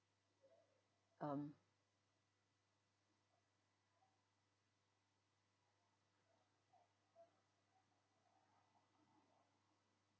um